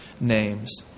names